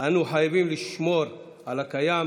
אנו חייבים לשמור על הקיים,